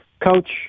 Coach